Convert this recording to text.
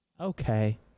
Okay